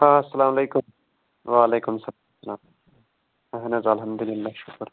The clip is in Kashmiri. اَسلامُ علیکُم وعلیکُم سلام اَہَن حظ الحمدُاللہ شُکُر